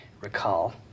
recall